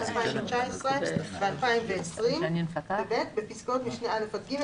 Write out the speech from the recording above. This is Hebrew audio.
2019 ו-2020״; בפסקאות משנה (א) עד (ג),